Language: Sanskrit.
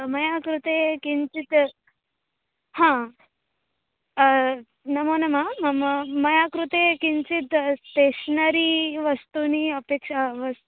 मम कृते किञ्चित् हा नमो नमः मम मम कृते किञ्चित् स्टेश्नरी वस्तूनि अपेक्षा वस्तु